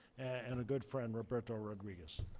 and a good friend, roberto rodriguez.